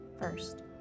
First